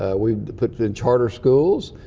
ah we've put the charter schools.